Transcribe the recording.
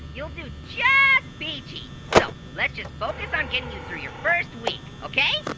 you'll do just peachy. so, let's just focus on getting you through your first week. okay?